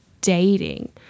dating